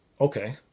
Okay